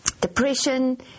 depression